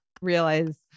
Realize